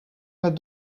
het